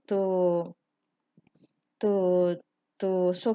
to to to so